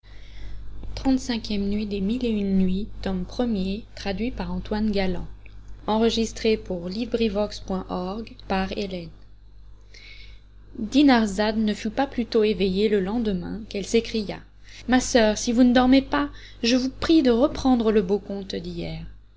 dinarzade ne fut pas plus tôt éveillée le lendemain qu'elle s'écria ma soeur si vous ne dormez pas je vous prie de reprendre le beau conte d'hier